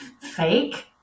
fake